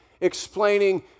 explaining